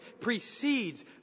precedes